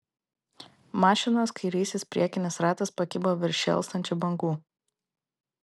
mašinos kairysis priekinis ratas pakibo virš šėlstančių bangų